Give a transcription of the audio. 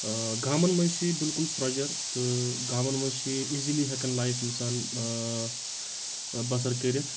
گامَن منٛز چھِ بالکُل سرٛوجَر تہٕ گامَن منٛز چھِ ایٖزِلی ہؠکان لایِف اِنسان بَسر کٔرِتھ